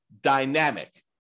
dynamic